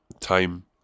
time